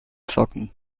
zocken